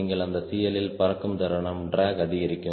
நீங்கள் அந்த CL ல் பிறக்கும் தருணம் டிராக் அதிகரிக்கும்